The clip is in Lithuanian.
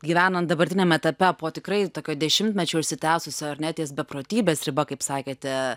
gyvenant dabartiniam etape po tikrai tokio dešimtmečio užsitęsusio ar ne ties beprotybės riba kaip sakėte